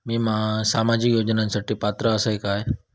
मी सामाजिक योजनांसाठी पात्र असय काय?